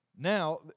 Now